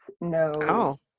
no